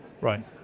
Right